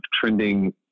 trending